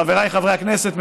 חבריי חברי הכנסת,